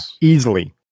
easily